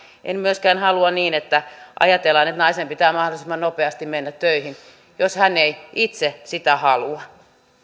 en myöskään halua niin että ajatellaan että naisen pitää mahdollisimman nopeasti mennä töihin jos hän ei itse sitä halua